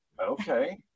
Okay